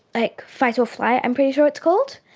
like fight or flight i'm pretty sure it's called.